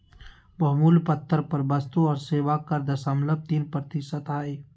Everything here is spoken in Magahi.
बहुमूल्य पत्थर पर वस्तु और सेवा कर दशमलव तीन प्रतिशत हय